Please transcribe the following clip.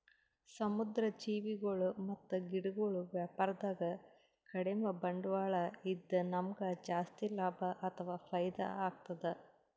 ಸಮುದ್ರ್ ಜೀವಿಗೊಳ್ ಮತ್ತ್ ಗಿಡಗೊಳ್ ವ್ಯಾಪಾರದಾಗ ಕಡಿಮ್ ಬಂಡ್ವಾಳ ಇದ್ದ್ ನಮ್ಗ್ ಜಾಸ್ತಿ ಲಾಭ ಅಥವಾ ಫೈದಾ ಆಗ್ತದ್